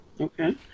Okay